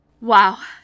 Wow